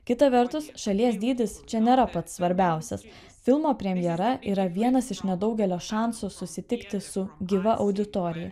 kita vertus šalies dydis čia nėra pats svarbiausias filmo premjera yra vienas iš nedaugelio šansų susitikti su gyva auditorija